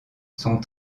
sont